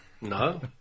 No